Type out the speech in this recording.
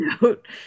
note